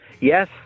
Yes